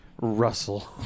Russell